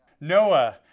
Noah